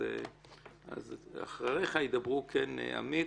אז אחריך ידברו עמית,